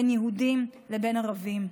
בין יהודים לבין ערבים.